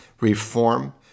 reform